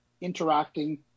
interacting